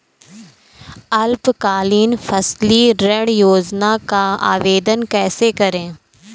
अल्पकालीन फसली ऋण योजना का आवेदन कैसे करें?